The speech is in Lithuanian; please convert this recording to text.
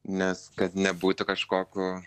nes kad nebūtų kažko ko